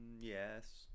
Yes